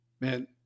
man